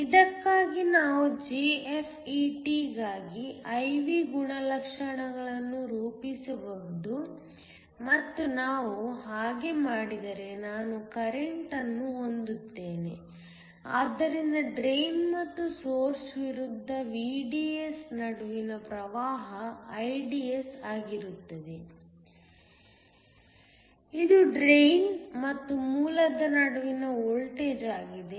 ಇದಕ್ಕಾಗಿ ನಾವು JFET ಗಾಗಿ I V ಗುಣಲಕ್ಷಣಗಳನ್ನು ರೂಪಿಸಬಹುದು ಮತ್ತು ನಾವು ಹಾಗೆ ಮಾಡಿದರೆ ನಾನು ಕರೆಂಟ್ ಅನ್ನು ಹೊಂದುತ್ತೇನೆ ಆದ್ದರಿಂದ ಡ್ರೈನ್ ಮತ್ತು ಸೋರ್ಸ್ ವಿರುದ್ಧ VDS ನಡುವಿನ ಪ್ರವಾಹ IDS ಆಗಿರುತ್ತದೆ ಇದು ಡ್ರೈನ್ ಮತ್ತು ಮೂಲದ ನಡುವಿನ ವೋಲ್ಟೇಜ್ ಆಗಿದೆ